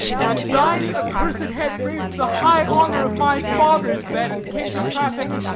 as thine accursed head braved the high honour of my father's bed. and came to traffic.